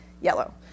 yellow